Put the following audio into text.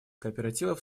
кооперативов